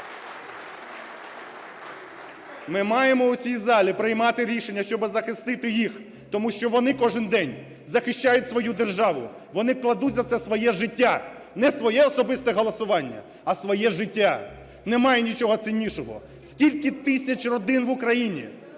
Ми маємо в цій залі приймати рішення, щоб захистити їх, тому що вони кожен день захищають свою державу, вони кладуть за це своє життя, не своє особисте голосування, а своє життя. Немає нічого ціннішого. Скільки тисяч родин в Україні